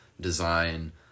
design